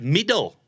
Middle